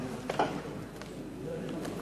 (תיקון מס' 93) (הוראות לעניין הוועדה המחוזית),